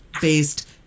based